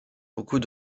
beaucoup